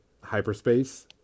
hyperspace